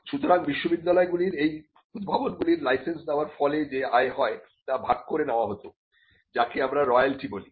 সুতরাং বিশ্ববিদ্যালয়গুলির এই উদ্ভাবনগুলির লাইসেন্স দেওয়ার ফলে যে আয় হয় তা ভাগ করে নেওয়া হত যাকে আমরা রয়ালটি বলি